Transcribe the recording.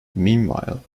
meanwhile